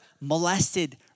molested